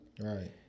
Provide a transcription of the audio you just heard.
right